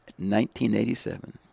1987